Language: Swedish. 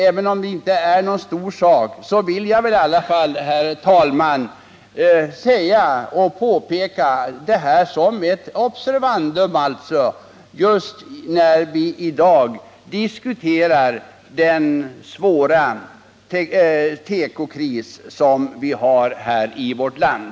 Även om det här inte är någon stor sak, så har jag i alla fall velat säga det här som ett observandum när vi i dag diskuterar den svåra tekokris som vi har i vårt land.